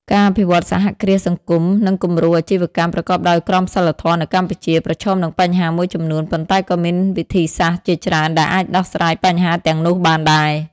ការអភិវឌ្ឍសហគ្រាសសង្គម និងគំរូអាជីវកម្មប្រកបដោយក្រមសីលធម៌នៅកម្ពុជា ប្រឈមនឹងបញ្ហាមួយចំនួន ប៉ុន្តែក៏មានវិធីសាស្រ្តជាច្រើនដែលអាចដោះស្រាយបញ្ហាទាំងនោះបានដែរ ។